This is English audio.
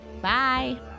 bye